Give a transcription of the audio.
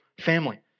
family